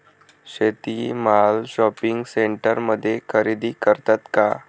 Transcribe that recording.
शेती माल शॉपिंग सेंटरमध्ये खरेदी करतात का?